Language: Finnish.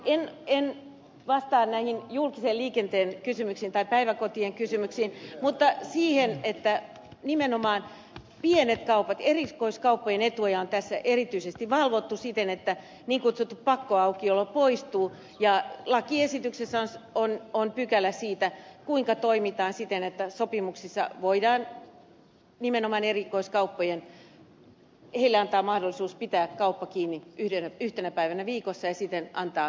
en vastaa näistä julkisen liikenteen kysymyksistä tai päiväkotien kysymyksistä mutta kyllä siitä että nimenomaan pienten kauppojen ja erikoiskauppojen etuja on tässä erityisesti valvottu siten että niin kutsuttu pakkoaukiolo poistuu ja lakiesityksessä on pykälä siitä kuinka toimitaan siten että sopimuksissa voidaan nimenomaan erikoiskaupoille antaa mahdollisuus pitää kauppa kiinni yhtenä päivänä viikossa ja siten antaa vapaata